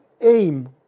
aim